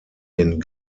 den